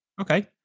Okay